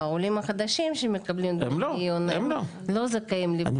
העולים החדשים שמקבלים --- הם לא זכאים לפחות --- הם לא.